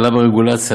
הקלה ברגולציה,